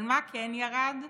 אבל מה כן ירד?